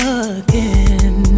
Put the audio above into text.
again